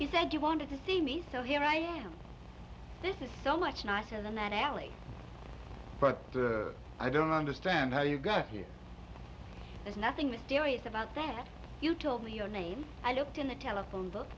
he said you wanted to see me so here i am this is so much nicer than that alley but i don't understand how you got here there's nothing mysterious about that you told me your name i looked in the telephone book